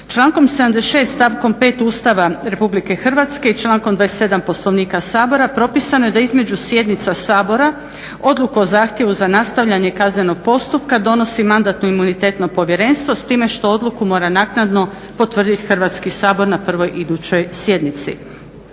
Člankom 76. stavkom 5. Ustava Republike Hrvatske i člankom 27. Poslovnika propisano je da između sjednica Sabora odluku o zahtjevu za nastavljanje kaznenog postupka donosi Mandatno-imunitetno povjerenstvo, s time što odluku mora naknadno potvrdit Hrvatski sabor na prvoj idućoj sjednici.